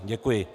Děkuji.